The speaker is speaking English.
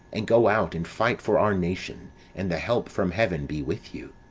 and go out, and fight for our nation and the help from heaven be with you.